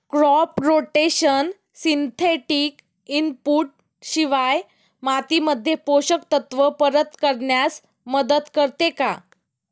Crop rotation synthetic input शिवाय मातीमध्ये पोषक तत्त्व परत करण्यास मदत करते का?